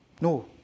No